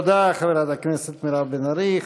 תודה, חברת הכנסת מירב בן ארי.